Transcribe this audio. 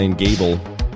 Gable